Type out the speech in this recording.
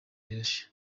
rirashe